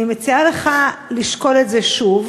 אני מציעה לך לשקול את זה שוב.